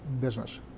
business